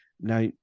Now